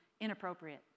inappropriate